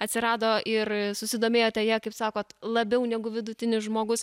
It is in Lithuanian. atsirado ir susidomėjote ja kaip sakot labiau negu vidutinis žmogus